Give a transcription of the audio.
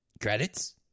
Credits